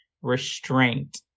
Restraint